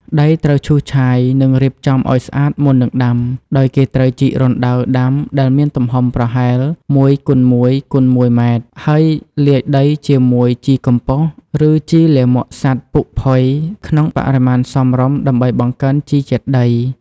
ដីត្រូវឈូសឆាយ និងរៀបចំឱ្យស្អាតមុននឹងដាំ ដោយគេត្រូវជីករណ្តៅដាំ ដែលមានទំហំប្រហែល ១ x ១ x ១ ម៉ែត្រ ហើយលាយដីជាមួយ ជីកំប៉ុស្ត ឬជីលាមកសត្វពុកផុយ ក្នុងបរិមាណសមរម្យដើម្បីបង្កើនជីជាតិដី។